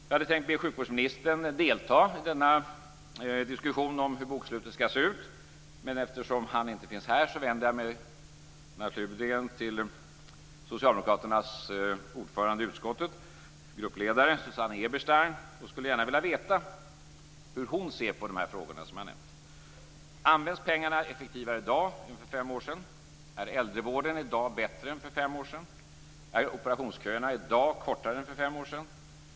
Jag hade tänkt be sjukvårdsministern delta i denna diskussion om hur bokslutet ska se ut, men eftersom han inte finns här vänder jag mig naturligen till Socialdemokraternas gruppledare i utskottet, Susanne Eberstein, och skulle gärna vilja veta hur hon ser på de frågor som jag har nämnt. Används pengarna effektivare i dag än för fem år sedan? Är äldrevården i dag bättre än för fem år sedan? Är operationsköerna i dag kortare än för fem år sedan?